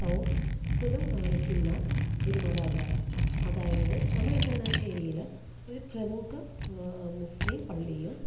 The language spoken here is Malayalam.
സൗഹൃദം തോന്നിക്കുന്ന മതാചാരം അതായത് നമ്മുടെ ഈ ചങ്ങനാശ്ശേരിയിൽ ഒരു പ്രമുഖ മുസ്ലിം പള്ളിയും